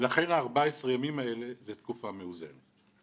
לכן ה-14 ימים האלה זו תקופה מאוזנת.